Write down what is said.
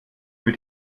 für